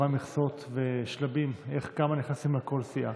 אבקש מחברי הכנסת לדחות את ההסתייגויות ולאשר את הצעת החוק בקריאה